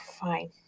fine